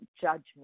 judgment